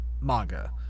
manga